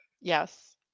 Yes